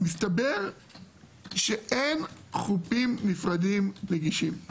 מסתבר שאין חופים נפרדים נגישים.